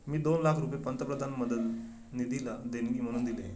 मी दोन लाख रुपये पंतप्रधान मदत निधीला देणगी म्हणून दिले